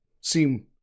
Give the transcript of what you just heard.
seem